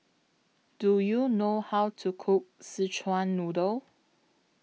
Do YOU know How to Cook Szechuan Noodle